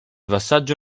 passaggio